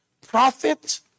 prophet